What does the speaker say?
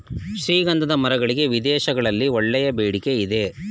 ಶ್ರೀಗಂಧದ ಮರಗಳಿಗೆ ವಿದೇಶಗಳಲ್ಲಿ ಒಳ್ಳೆಯ ಬೇಡಿಕೆ ಇದೆ